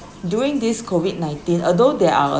during this COVID nineteen although there are a